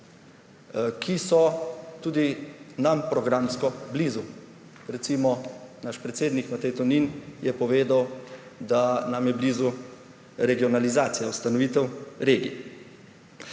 ki so tudi nam programsko blizu. Recimo, naš predsednik Matej Tonin je povedal, da nam je blizu regionalizacija, ustanovitev regij.